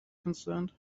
concerned